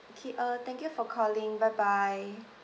okay uh thank you for calling bye bye